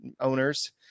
owners